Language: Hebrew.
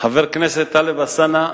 חבר הכנסת טלב אלסאנע,